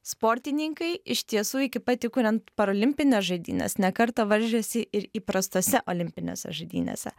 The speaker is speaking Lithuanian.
sportininkai iš tiesų iki pat įkuriant paralimpines žaidynes ne kartą varžėsi ir įprastose olimpinėse žaidynėse